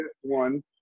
one